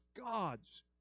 God's